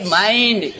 mind